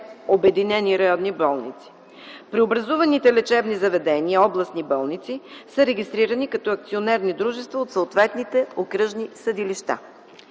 обединени районни болници. Преобразуваните лечебни заведения, областни болници, са регистрирани като акционерни дружества от съответните окръжни съдилища.